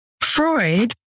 Freud